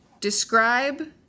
Describe